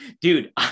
dude